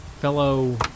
fellow